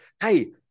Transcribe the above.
Hey